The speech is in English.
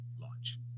launch